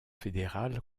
fédérales